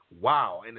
Wow